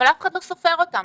אבל אף אחד לא סופר אותם.